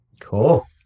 cool